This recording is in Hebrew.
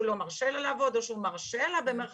לא מרשה לה לעבוד או שהוא "מרשה" לה במירכאות,